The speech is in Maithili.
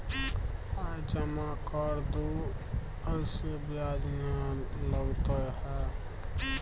आय जमा कर दू ऐसे ब्याज ने लगतै है?